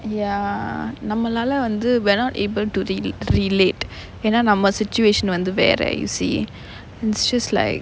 ya நம்மலால வந்து:nammalaala vanthu we're not able to r~ relate ஏன்னா நம்ம:yaennaa namma situation வந்து வேற:vanthu vera you see it's just like